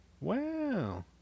Wow